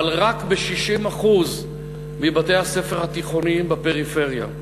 אבל רק ב-60% מבתי-הספר התיכוניים בפריפריה.